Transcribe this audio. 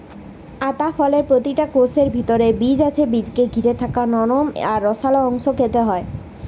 আতা ফলের প্রতিটা কোষের ভিতরে বীজ আছে বীজকে ঘিরে থাকা নরম আর রসালো অংশ খেতে হয়